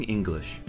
English